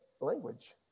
language